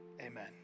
Amen